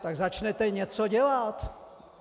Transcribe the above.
Tak začněte něco dělat.